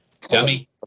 Dummy